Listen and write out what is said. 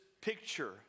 picture